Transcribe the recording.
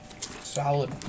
Solid